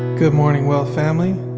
good morning well family,